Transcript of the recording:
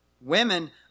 Women